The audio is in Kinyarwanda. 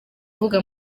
uvuga